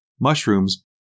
mushrooms